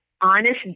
honest